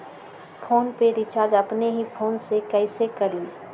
Phone में recharge अपने ही फ़ोन से कईसे करी?